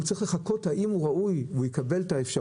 הוא צריך לחכות 12 חודשים להחלטה האם הוא ראוי לקבל את ההכשרה,